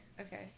okay